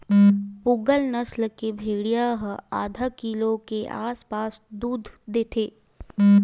पूगल नसल के भेड़िया ह आधा किलो के आसपास दूद देथे